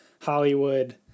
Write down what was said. Hollywood